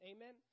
Amen